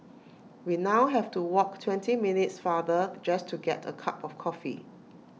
we now have to walk twenty minutes farther just to get A cup of coffee